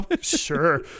sure